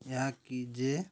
ଏହାକି ଯେ